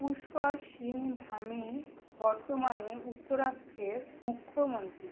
পুষ্কর সিং ধামি বর্তমানে উত্তরাখন্ডের মুখ্যমন্ত্রী